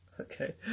okay